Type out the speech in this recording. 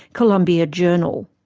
colombia journal.